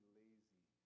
lazy